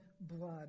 blood